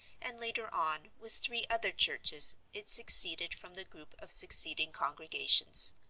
and later on, with three other churches, it seceded from the group of seceding congregations.